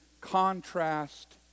contrast